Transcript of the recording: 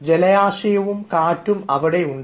ജലാശയവും കാറ്റും അവിടെയുണ്ട്